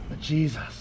jesus